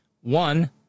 one